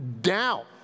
down